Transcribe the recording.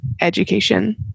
education